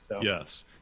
Yes